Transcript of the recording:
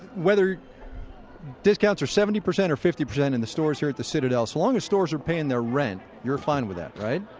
whether discounts are seventy percent or fifty percent at and the stores here at the citadel, so long as stores are paying their rent, you're fine with that, right?